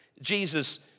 Jesus